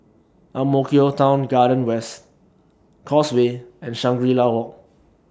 Ang Mo Kio Town Garden West Causeway and Shangri La Walk